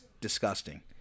disgusting